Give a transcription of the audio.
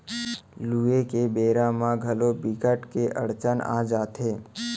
लूए के बेरा म घलोक बिकट के अड़चन आ जाथे